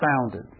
founded